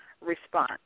response